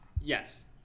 Yes